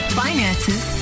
finances